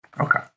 Okay